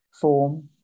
form